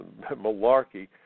malarkey